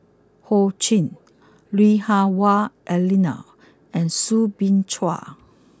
Ho Ching Lui Hah Wah Elena and Soo Bin Chua